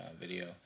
video